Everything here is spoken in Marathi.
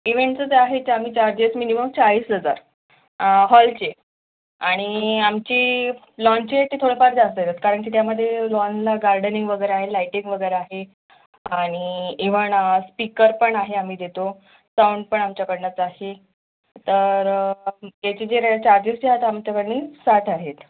इवेंटचंच आहे चामी चार्जेस मिनिमम चाळीस हजार हॉलचे आणि आमची लॉनचे ते थोडंफार जास्त येतात कारण की त्यामध्ये लॉनला गार्डनिंग वगैरे आहे लायटिंग वगैरे आहे आणि इव्हण स्पिकर पण आहे आम्ही देतो साऊंड पण आमच्याकडूनच आहे तर याचे जे रेट चार्जेस जे आता आमचे की नाही साठ आहेत